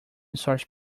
source